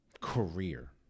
career